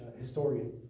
historian